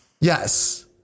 Yes